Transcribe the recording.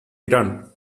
iran